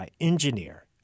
engineer